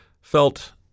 felt